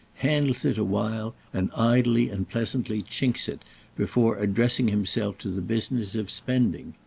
handles it a while and idly and pleasantly chinks it before addressing himself to the business of spending.